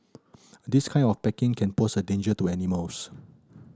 this kind of packaging can pose a danger to animals